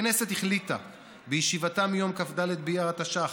הכנסת החליטה בישיבתה ביום כ"ד באייר התשע"ח,